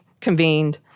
convened